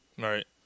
right